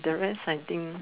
the rest I think